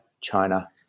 China